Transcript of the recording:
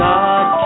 God